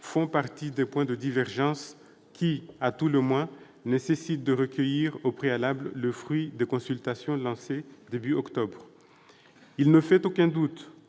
font partie des points de divergence qui, à tout le moins, nécessitent de recueillir au préalable le fruit des consultations lancées début octobre. Il ne fait aucun doute